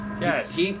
Yes